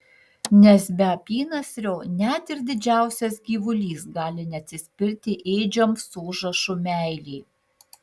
nes be apynasrio net ir didžiausias gyvulys gali neatsispirti ėdžioms su užrašu meilė